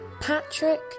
Patrick